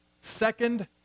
second